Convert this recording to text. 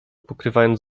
pokrywając